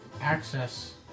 access